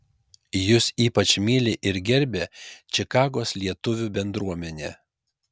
jus ypač myli ir gerbia čikagos lietuvių bendruomenė